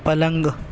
پلنگ